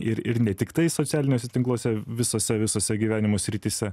ir ir ne tiktai socialiniuose tinkluose visose visose gyvenimo srityse